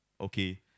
Okay